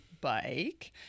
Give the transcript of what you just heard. bike